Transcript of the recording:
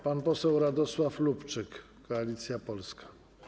Pan poseł Radosław Lubczyk, Koalicja Polska.